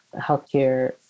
healthcare